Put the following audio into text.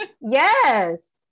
Yes